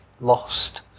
lost